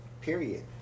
Period